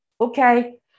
Okay